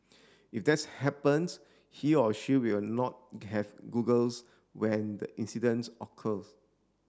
if that's happens he or she will not have goggles when the incidents occurs